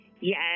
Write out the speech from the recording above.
Yes